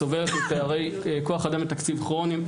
סובלת מפערי כוח אדם ותקציב כרוניים,